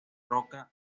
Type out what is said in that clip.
roca